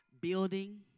building